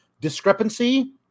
discrepancy